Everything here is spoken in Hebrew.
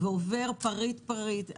ועובר פריט-פריט,